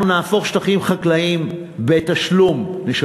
אנחנו נהפוך שטחים חקלאיים, בתשלום,